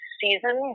season